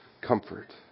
Comfort